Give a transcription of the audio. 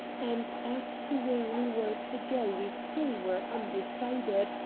and, as to where we were to go we still were undecided,